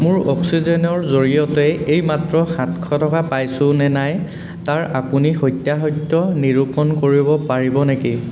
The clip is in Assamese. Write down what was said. মোৰ অক্সিজেনৰ জৰিয়তে এইমাত্ৰ সাতশ টকা পাইছোঁ নে নাই তাৰ আপুনি সত্যাসত্য নিৰূপণ কৰিব পাৰিব নেকি